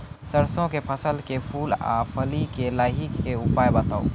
सरसों के फसल के फूल आ फली मे लाहीक के उपाय बताऊ?